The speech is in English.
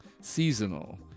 seasonal